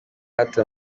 hato